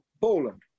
Poland